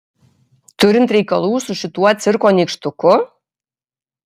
turint reikalų su šituo cirko nykštuku